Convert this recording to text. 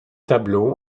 tableaux